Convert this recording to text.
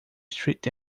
street